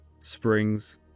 springs